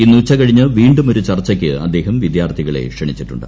ഇന്ന് ഉച്ചകഴിഞ്ഞ് വീണ്ടുമൊരു ചർച്ചയ്ക്ക് അദ്ദേഹം വിദ്യാർത്ഥികളെ ക്ഷണിച്ചിട്ടുണ്ട്